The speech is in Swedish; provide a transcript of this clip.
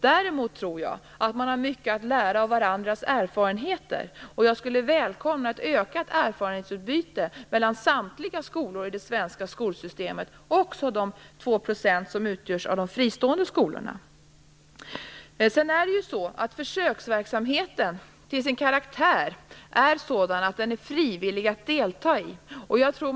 Däremot tror jag att man har mycket att lära av varandras erfarenheter. Jag skulle välkomna ett ökat erfarenhetsutbyte mellan samtliga skolor i det svenska skolsystemet, också de 2 % som utgörs av de fristående skolorna. Försöksverksamheten är till sin karaktär frivillig.